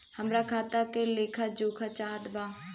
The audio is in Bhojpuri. हमरा खाता के लेख जोखा चाहत बा?